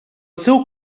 seu